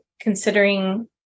considering